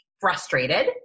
frustrated